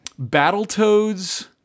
Battletoads